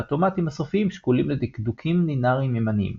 והאוטומטים הסופיים שקולים לדקדוקים ליניאריים ימניים.